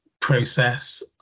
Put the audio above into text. process